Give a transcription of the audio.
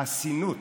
חסינות,